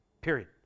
period